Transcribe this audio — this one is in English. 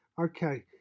Okay